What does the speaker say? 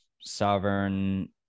sovereign